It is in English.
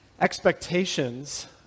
expectations